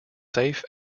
safe